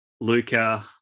Luca